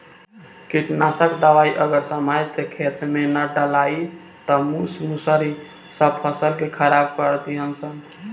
कीटनाशक दवाई अगर समय से खेते में ना डलाइल त मूस मुसड़ी सब फसल के खराब कर दीहन सन